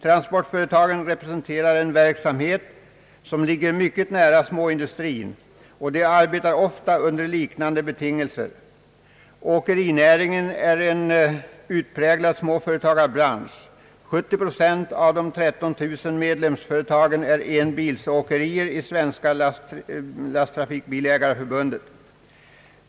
Transportföretagen representerar en verksamhet som ligger mycket nära småindustrin och ofta arbetar under likartade betingelser. Åkerinäringen är en utpräglad småföretagarbransch. 70 procent av de 13 000 medlemsföretagen i Svenska lasttrafikbilägareförbundet är enbils-åkerier.